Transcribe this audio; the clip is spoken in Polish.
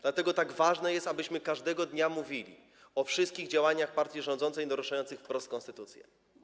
Dlatego tak ważne jest, abyśmy każdego dnia mówili o wszystkich działaniach partii rządzącej naruszających wprost konstytucję.